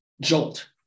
jolt